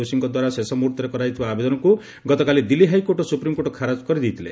ଦୋଷୀଙ୍କଦ୍ୱାରା ଶେଷ ମୁହ୍ରର୍ତ୍ତରେ କରାଯାଇଥିବା ଆବେଦନକୁ ଗତକାଲି ଦିଲ୍ଲୀ ହାଇକୋର୍ଟ ଓ ସ୍ବପ୍ରିମ୍କୋର୍ଟ ଖାରଜ କରିଦେଇଥିଲେ